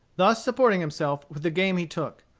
thus supporting himself with the game he took.